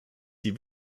die